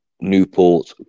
Newport